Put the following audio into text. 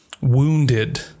wounded